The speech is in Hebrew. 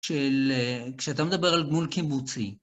של... כשאתה מדבר על גמול קיבוצי.